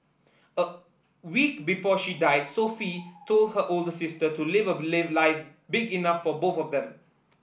a week before she died Sophie told her older sister to live a life big enough for both of them